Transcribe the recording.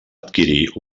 adquirir